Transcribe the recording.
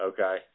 Okay